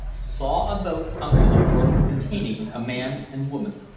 saw a boat come to the wharf containing a man and woman.